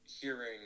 hearing